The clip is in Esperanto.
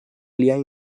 pliaj